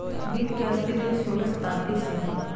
bill के अस्तित्व सोलह शताब्दी से हइ